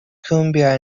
cumbia